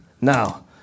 Now